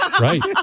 Right